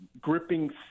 gripping